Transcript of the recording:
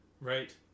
Right